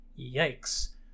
Yikes